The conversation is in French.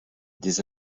des